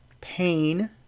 pain